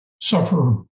suffer